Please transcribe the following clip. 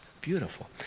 beautiful